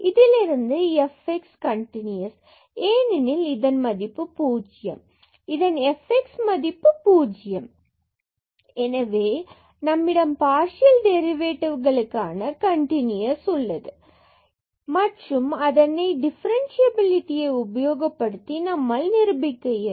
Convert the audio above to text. இதிலிருந்து fx continuous ஏனெனில் இதன் மதிப்பு பூஜ்யம் இதன் fx at 00மதிப்பு பூஜ்யம் ஆகும் எனவே நம்மிடம் பார்சியல் டெரிவேட்டிவ்களுக்கான கன்டினுயஸ் உள்ளது மற்றும் அதனை டிபரன்சியபிலிடி உபயோகப்படுத்தி நம்மால் நிரூபிக்க இயலும்